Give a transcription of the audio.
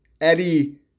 Eddie